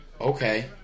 okay